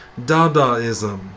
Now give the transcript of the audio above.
Dadaism